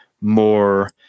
more